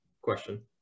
question